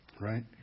right